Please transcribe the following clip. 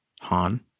Han